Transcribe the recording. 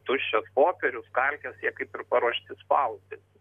tuščias popierius kalkės jie kaip ir paruošti spausdinti